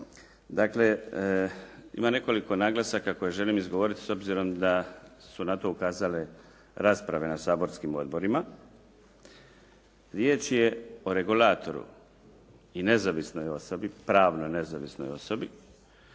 Dakle, ima nekoliko naglasaka koje želim izgovoriti s obzirom da su na to ukazale rasprave na saborskim odborima. Riječ je o regulatoru i nezavisnoj osobi, pravnoj nezavisnoj osobi,